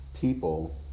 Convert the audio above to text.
people